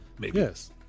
Yes